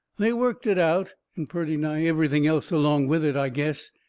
they worked it out, and purty nigh everything else along with it, i guess.